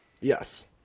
Yes